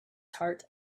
heart